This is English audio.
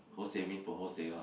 hosei mean bo hosei lah